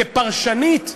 כפרשנית,